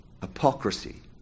Hypocrisy